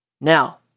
Now